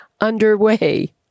underway